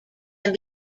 can